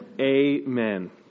Amen